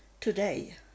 today